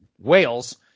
Wales